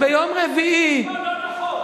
לא נכון.